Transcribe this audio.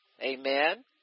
Amen